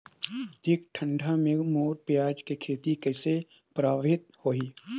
अधिक ठंडा मे मोर पियाज के खेती कइसे प्रभावित होही?